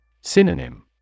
Synonym